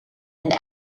and